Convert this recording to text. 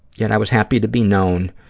yet i was happy to be known,